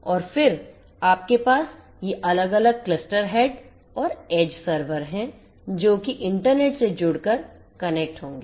और फिर आपके पास ये अलग अलग क्लस्टर हेडऔर edge सर्वर हैं जो कि इंटरनेट से जुड़कर कनेक्ट होंगे